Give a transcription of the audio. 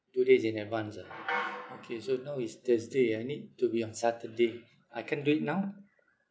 two days in advance ah okay so now is thursday ah it need to be on saturday I can't do it now